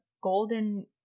golden